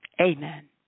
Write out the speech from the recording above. Amen